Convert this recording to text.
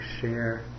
share